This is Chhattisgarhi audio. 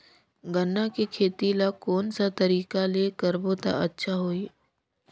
गन्ना के खेती ला कोन सा तरीका ले करबो त अच्छा होही?